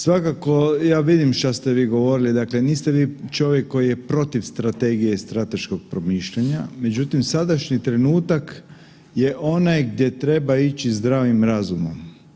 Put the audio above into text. Svakako ja vidim što ste vi govorili, dakle niste vi čovjek koji je protiv strategije i strateškog promišljanja, međutim, sadašnji trenutak je onaj gdje treba ići zdravim razumom.